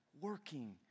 working